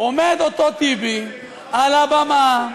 עומד אותו טיבי על הבמה,